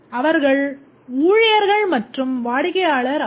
அவர்கள் ஊழியர்கள் மற்றும் வாடிக்கையாளர் ஆவர்